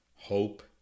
Hope